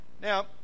now